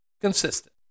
Consistent